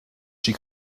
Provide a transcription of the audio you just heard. she